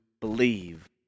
believe